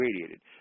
radiated